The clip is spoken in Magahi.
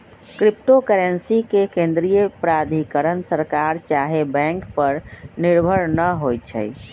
क्रिप्टो करेंसी के केंद्रीय प्राधिकरण सरकार चाहे बैंक पर निर्भर न होइ छइ